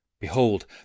Behold